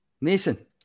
Mason